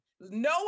No